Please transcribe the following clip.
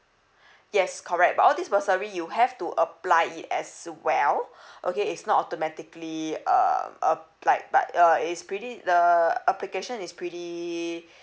yes correct but all this bursary you have to apply it as well okay is not automatically uh applied but uh is pretty the application is pretty